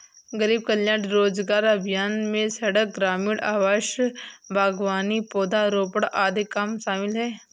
गरीब कल्याण रोजगार अभियान में सड़क, ग्रामीण आवास, बागवानी, पौधारोपण आदि काम शामिल है